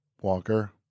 Walker